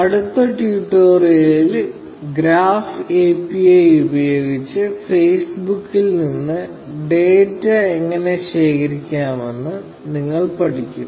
അടുത്ത ട്യൂട്ടോറിയലിൽ graph API ഉപയോഗിച്ച് ഫേസ്ബുക് ൽ നിന്ന് ഡാറ്റ എങ്ങനെ ശേഖരിക്കാമെന്ന് ഞങ്ങൾ പഠിക്കും